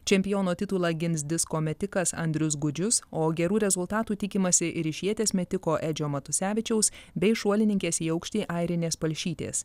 čempiono titulą gins disko metikas andrius gudžius o gerų rezultatų tikimasi ir iš ieties metiko edžio matusevičiaus bei šuolininkės į aukštį airinės palšytės